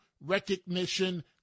recognition